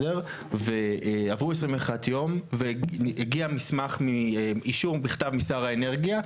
ועברו 21 יום והגיע מסמך אישור בכתב משר האנרגיה,